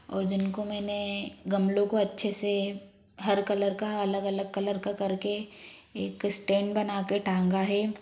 और जिनको मैंने गमलों को अच्छे से हर कलर का अलग अलग कलर का करके एक स्टैंड बनाकर टांगा है